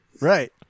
Right